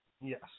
yes